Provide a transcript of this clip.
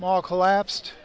more collapsed